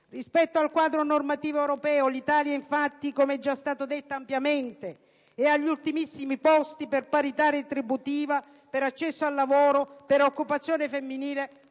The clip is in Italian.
Rispetto al quadro normativo europeo l'Italia, infatti, come è già stato ampiamente detto, è agli ultimissimi posti per parità retribuiva, per accesso al lavoro, per occupazione femminile,